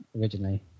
originally